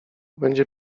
będzie